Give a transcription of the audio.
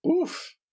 Oof